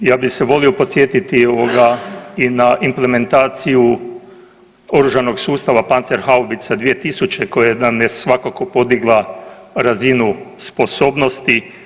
Ja bih se volio podsjetiti i na implementaciju oružanog sustava Pancer haubica 2000 koja nam je svakako podigla razinu sposobnosti.